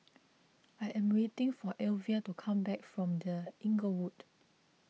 I am waiting for Elvia to come back from the Inglewood